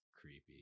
creepy